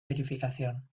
verificación